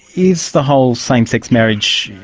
is the whole same-sex marriage,